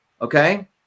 okay